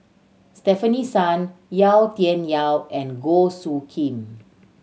Stefanie Sun Yau Tian Yau and Goh Soo Khim